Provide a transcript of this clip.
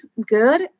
good